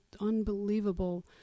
unbelievable